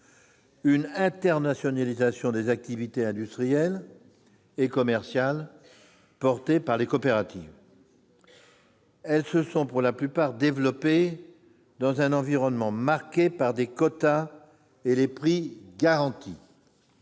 une internationalisation des activités industrielles et commerciales portées par les coopératives. Elles se sont, pour la plupart, développées dans un environnement marqué par les quotas et les prix garantis.